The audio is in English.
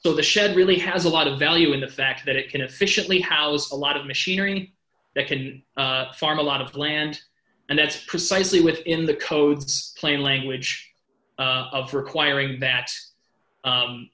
so the shed really has a lot of value in the fact that it can efficiently house a lot of machinery that can farm a lot of land and that's precisely within the codes plain language of requiring